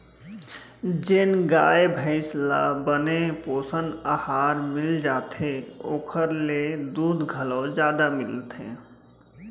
जेन गाय भईंस ल बने पोषन अहार मिल जाथे ओकर ले दूद घलौ जादा मिलथे